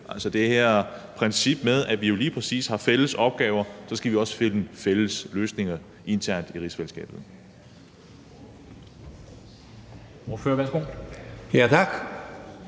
altså det her princip om, at når vi lige præcis har fælles opgaver, skal vi også finde fælles løsninger internt i rigsfællesskabet.